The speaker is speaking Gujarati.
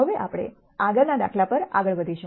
હવે આપણે આગળના દાખલા પર આગળ વધીશું